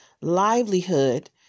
livelihood